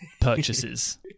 purchases